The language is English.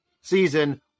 season